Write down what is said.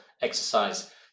exercise